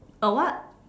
a what